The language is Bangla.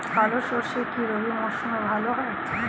কালো সরষে কি রবি মরশুমে ভালো হয়?